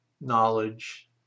knowledge